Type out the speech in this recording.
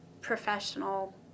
professional